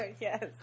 yes